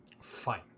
Fine